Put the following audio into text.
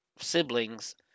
siblings